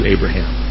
Abraham